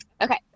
Okay